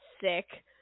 sick